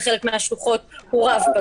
בחלק מהשלוחות הוא רב פקד.